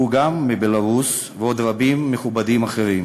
הוא גם מבלרוס, ועוד רבים מכובדים אחרים.